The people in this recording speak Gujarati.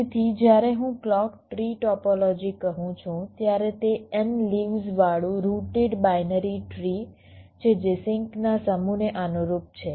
તેથી જ્યારે હું ક્લૉક ટ્રી ટોપોલોજી કહું છું ત્યારે તે n લીવ્સ વાળું રૂટેડ બાઇનરી ટ્ર્રી છે જે સિંકના સમૂહને અનુરૂપ છે